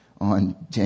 on